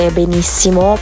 benissimo